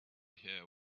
hear